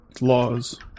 laws